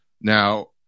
Now